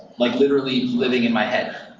like literally living in my head.